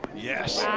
yes.